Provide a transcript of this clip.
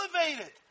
elevated